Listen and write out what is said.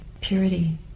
purity